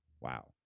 Wow